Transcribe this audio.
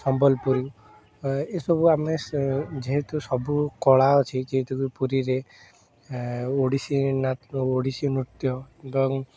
ସମ୍ବଲପୁରୀ ଏସବୁ ଆମେ ସେ ଯେହେତୁ ସବୁ କଳା ଅଛି ଯେହେତୁ ପୁରୀରେ ଓଡ଼ିଶୀ ନାଟ ଓଡ଼ିଶୀ ନୃତ୍ୟ ଏବଂ